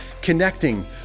connecting